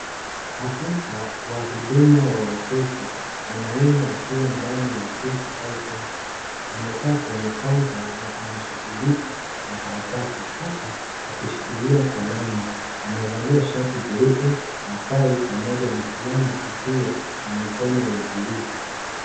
Afisa wa huduma wa wateja mwanaume akiwa ndani ya ofisi au banki amekaa kwenye kaunta na anashughulika na karatasi huku akishikilia kalamu. Amevalia shati nyeupe na tai pamoja fulana isiyo na mikono ya blue .